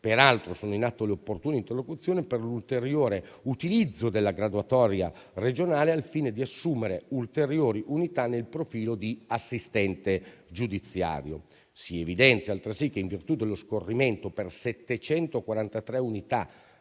Peraltro, sono in atto le opportune interlocuzioni per l'ulteriore utilizzo della graduatoria regionale, al fine di assumere ulteriori unità nel profilo di assistente giudiziario. Si evidenzia altresì che, in virtù dello scorrimento per 743 unità